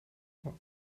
what